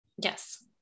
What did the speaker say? yes